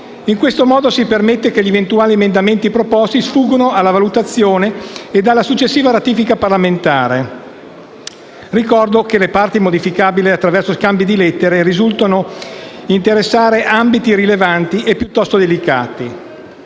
In questo modo si permette che gli eventuali emendamenti proposti sfuggano alla valutazione ed alla successiva ratifica parlamentare. Ricordo che le parti modificabili attraverso scambi di lettere risultano interessare ambiti rilevanti e piuttosto delicati.